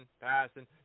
passing